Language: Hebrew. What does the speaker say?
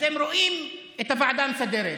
אתם רואים את הוועדה המסדרת,